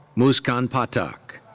muskan pathak.